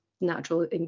natural